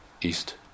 East